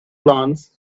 glance